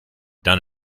done